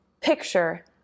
picture